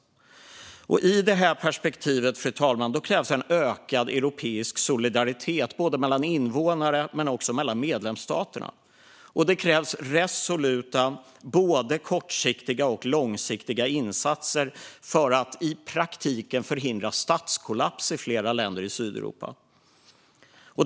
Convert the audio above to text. Fru talman! I det perspektivet krävs en ökad europeisk solidaritet både mellan invånare och mellan medlemsstaterna. Det krävs resoluta både kortsiktiga och långsiktiga insatser för att i praktiken förhindra statskollaps i flera länder i Sydeuropa.